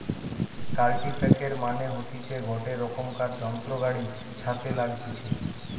কাল্টিপ্যাকের মানে হতিছে গটে রোকমকার যন্ত্র গাড়ি ছাসে লাগতিছে